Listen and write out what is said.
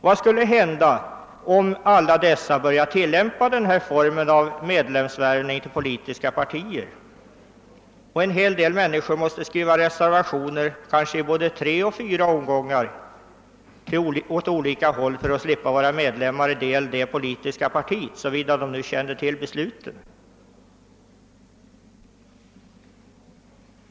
Vad skulle hända om alla dessa började tillämpa denna form av värvning av medlemmar till politiska partier och medlemmarna skulle behöva skriva reservationer i både tre och fyra omgångar åt olika håll för att slippa bli anslutna till det eller det politiska partiet — i den mån de alls känner till beslutet?